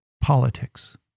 Politics